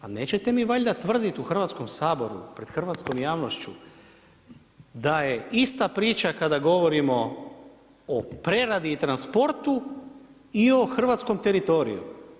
Pa nećete mi valjda tvrditi u Hrvatskom saboru pred hrvatskom javnošću da je ista priča kada govorimo o preradi i transportu i o hrvatskom teritoriju.